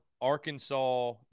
Arkansas